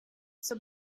zur